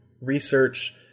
research